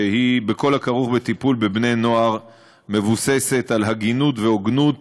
שהיא בכל הכרוך בטיפול בבני-נוער מבוססת על הגינות והוגנות,